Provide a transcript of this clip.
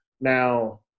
now